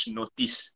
notice